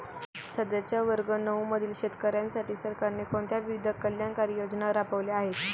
सध्याच्या वर्ग नऊ मधील शेतकऱ्यांसाठी सरकारने कोणत्या विविध कल्याणकारी योजना राबवल्या आहेत?